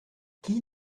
qui